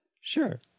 Sure